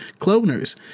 cloners